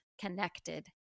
connected